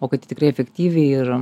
o kad tikrai efektyviai ir